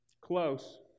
Close